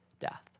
death